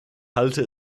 halte